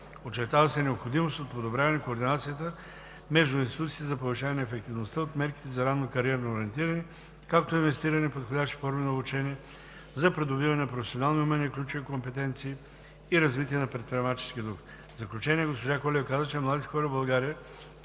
Очертава се необходимост от подобряване координацията между институциите за повишаване ефективността от мерките за ранно кариерно ориентиране, както и инвестиране в подходящи форми на обучение за придобиване на професионални умения и ключови компетенции и развиване на предприемачески дух. В заключение госпожа Колева каза, че младите хора в България,